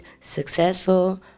successful